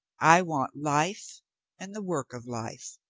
i want life and the work of life.